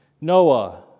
Noah